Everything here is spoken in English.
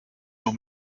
your